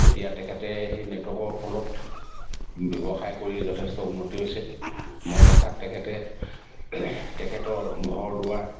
এতিয়া তেখেতে সেই নেটৱৰ্কৰ ফলত ব্যৱসায় কৰি যথেষ্ট উন্নতি হৈছে মই দেখাত তেখেতে তেখেতৰ ঘৰ দুৱাৰ